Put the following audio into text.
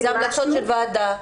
זה המלצות של ועדה.